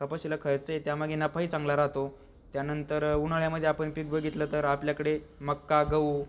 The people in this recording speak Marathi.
कपाशीला खर्च आहे त्यामागे नफाही चांगला राहतो त्यानंतर उन्हाळ्यामधे आपण पीक बघितलं तर आपल्याकडे मका गहू